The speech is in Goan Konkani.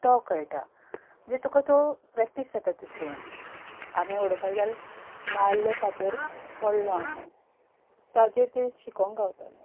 तो कळटा म्हणजे तुका तो प्रॅक्टीस जाता तितून आमे वडोवपा जाय नाल्ल फातर पडलो ताचेर तें शिकोंक गावतालें